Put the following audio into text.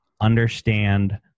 understand